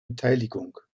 beteiligung